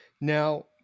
Now